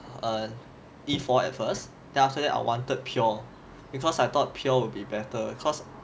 err E four at first then after that I wanted pure because I thought pure will be better cause